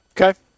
Okay